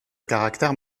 caractère